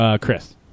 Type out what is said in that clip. Chris